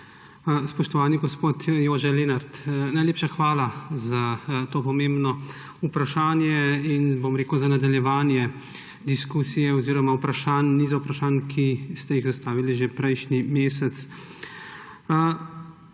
spoštovani gospod Jože Lenart! Najlepša hvala za to pomembno vprašanje in za nadaljevanje diskusije oziroma niza vprašanj, ki ste jih zastavili že prejšnji mesec.